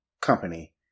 company